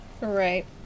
Right